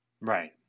Right